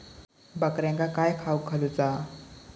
बकऱ्यांका काय खावक घालूचा?